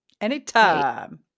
anytime